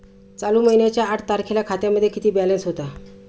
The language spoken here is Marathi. चालू महिन्याच्या आठ तारखेला खात्यामध्ये किती बॅलन्स होता?